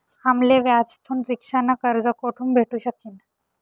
आम्ले व्याजथून रिक्षा न कर्ज कोठून भेटू शकीन